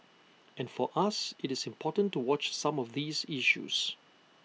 and for us IT is important to watch some of these issues